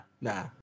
nah